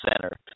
Center